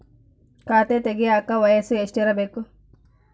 ಖಾತೆ ತೆಗೆಯಕ ವಯಸ್ಸು ಎಷ್ಟಿರಬೇಕು?